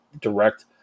direct